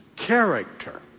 Character